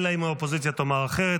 אלא אם האופוזיציה תאמר אחרת.